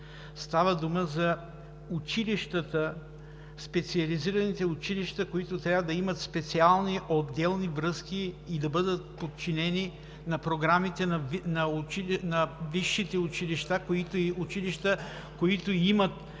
Става дума за училищата – специализираните училища, които трябва да имат специални, отделни връзки и да бъдат подчинени на програмите на висшите училища, които имат висок